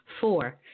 Four